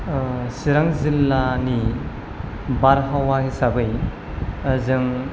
चिरां जिल्लानि बारहावा हिसाबै जों